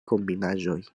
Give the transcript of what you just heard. kombinaĵoj